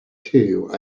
two